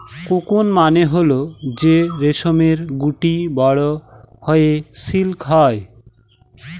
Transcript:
cocoon মানে হল যে রেশমের গুটি বড়ো হয়ে সিল্ক হয়